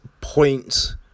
Points